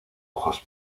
ojos